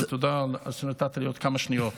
ותודה שנתת לי עוד כמה שניות.